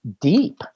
deep